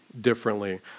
differently